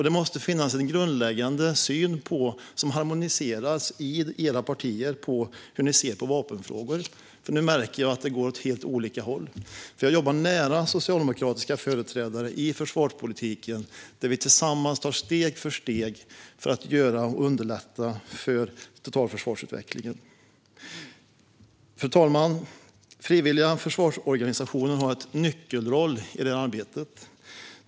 Det måste finnas en grundläggande harmonisering när det gäller hur ni ser på vapenfrågor i era partier, Rasmus Ling, för nu märker jag att det går åt helt olika håll. Jag jobbar nära socialdemokratiska företrädare i försvarspolitiken, där vi tillsammans tar steg för att underlätta totalförsvarsutvecklingen. Fru talman! Frivilliga försvarsorganisationer har en nyckelroll i arbetet.